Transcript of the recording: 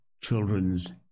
children's